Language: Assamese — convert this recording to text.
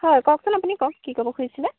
হয় কওঁকচোন আপুনি কওঁক কি ক'ব খুজিছিলে